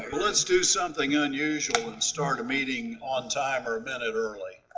let's do something unusual and start a meeting on time or a minute early.